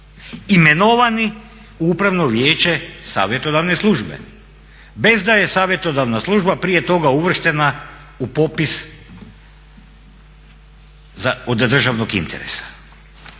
imenovani u Upravno vijeće Savjetodavne službe bez da je Savjetodavna služba prije toga uvrštena u popis od državnog interesa.